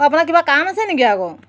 অঁ আপোনাৰ কিবা কাম আছে নেকি আকৌ